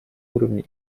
уровне